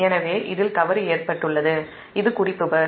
எனவே இதில் தவறு ஏற்பட்டுள்ளது இது குறிப்பு பஸ்